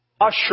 usher